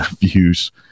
views